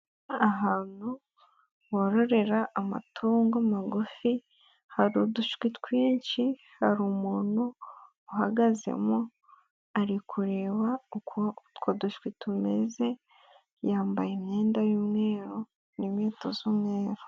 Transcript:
Ahantu, bororera amatungo magufi, hari udushwi twinshi hari umuntu, uhagazemo ari kureba uko utwo dushwi tumeze, yambaye imyenda y'umweru, n'inkweto z'umweru.